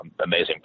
amazing